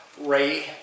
Ray